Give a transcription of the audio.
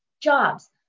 jobs